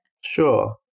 Sure